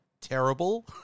terrible